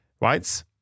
Right